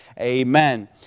Amen